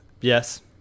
Yes